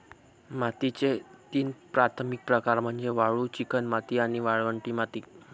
मातीचे तीन प्राथमिक प्रकार म्हणजे वाळू, चिकणमाती आणि वाळवंटी माती